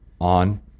on